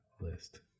list